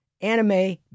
anime